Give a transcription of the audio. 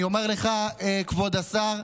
אני אומר לך, כבוד השר,